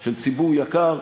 של ציבור יקר,